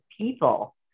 people